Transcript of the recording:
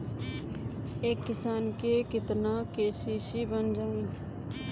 एक किसान के केतना के.सी.सी बन जाइ?